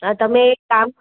આ તમે એક કામ